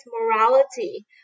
morality